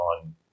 on